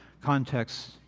context